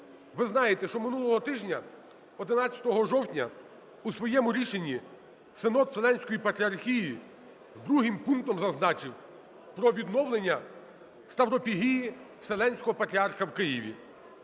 Ви знаєте, що минулого тижня, 11 жовтня, у своєму рішенні Синод Вселенської Патріархії другим пунктом зазначив про відновлення ставропігії Вселенського патріарха в Києві.